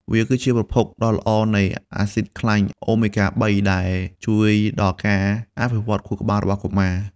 វាគឺជាប្រភពដ៏ល្អនៃ អាស៊ីតខ្លាញ់អូមេហ្គា ៣ ដែលជួយដល់ការអភិវឌ្ឍខួរក្បាលរបស់កុមារ។